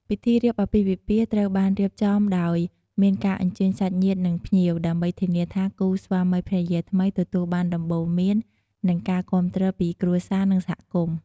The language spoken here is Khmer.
ពិធីរៀបអាពាហ៍ពិពាហ៍ត្រូវបានរៀបចំដោយមានការអញ្ជើញសាច់ញាតិ និងភ្ញៀវ ដើម្បីធានាថាគូស្វាមីភរិយាថ្មីទទួលបានដំបូន្មាន និងការគាំទ្រពី គ្រួសារ និងសហគមន៍។